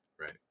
Right